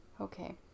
Okay